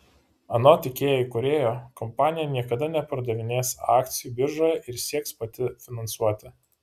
anot ikea įkūrėjo kompanija niekada nepardavinės akcijų biržoje ir sieks pati save finansuoti